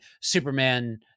Superman